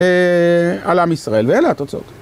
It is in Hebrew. על עם ישראל ואלה התוצאות.